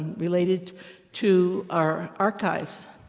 related to our archives.